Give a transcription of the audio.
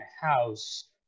house